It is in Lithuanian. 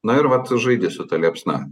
na ir vat žaidi su ta liepsna